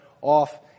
off